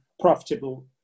profitable